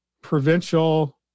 Provincial